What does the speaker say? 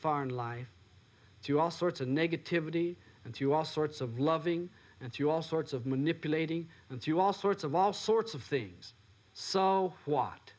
far in life to all sorts of negativity and to all sorts of loving and to all sorts of manipulating and to all sorts of all sorts of things so what